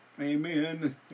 Amen